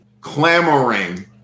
Clamoring